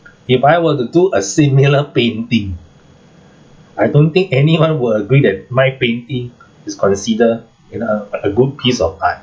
if I were to do a similar painting I don't think anyone will agree that my painting is consider you know a a good piece of art